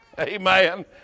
Amen